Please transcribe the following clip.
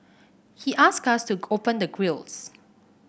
he asked us to open the grilles